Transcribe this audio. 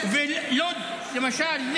ולוד, למשל.